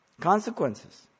Consequences